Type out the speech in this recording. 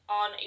on